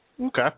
Okay